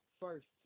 First